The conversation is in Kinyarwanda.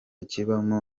kibamo